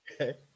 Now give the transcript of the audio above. Okay